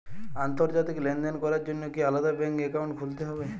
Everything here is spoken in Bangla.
আন্তর্জাতিক লেনদেন করার জন্য কি আলাদা ব্যাংক অ্যাকাউন্ট খুলতে হবে?